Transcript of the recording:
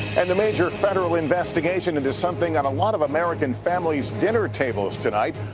and the major federal investigation into something and a lot of american family's dinner tables tonight.